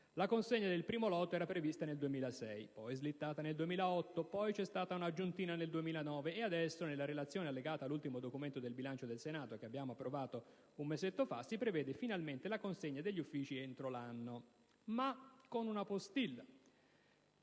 La consegna del primo lotto era prevista nel 2006, poi slittata nel 2008, poi un'"aggiuntina" nel 2009 e adesso, nella relazione allegata all'ultimo documento del bilancio del Senato 2010, approvato un mese fa, si prevede finalmente «la consegna degli uffici entro l'anno». Ma con una postilla: